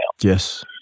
Yes